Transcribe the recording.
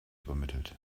übermittelt